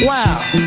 Wow